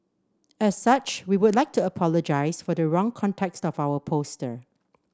as such we would like to apologise for the wrong context of our poster